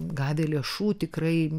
gavę lėšų tikrai